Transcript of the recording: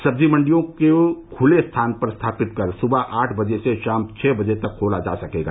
सब्जी मंडियों को खुले स्थानों पर स्थापित कर सुबह आठ बजे से शाम छ बजे तक खोला जा सकेगा